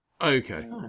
Okay